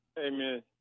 Amen